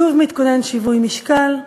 שוב מתכונן שיווי משקל,